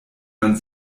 man